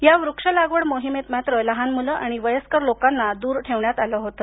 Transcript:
या वृक्ष लागवड मोहिमेत मात्र लहान मुलं आणि वयस्कर लोकांना दूर ठेवण्यात आल होत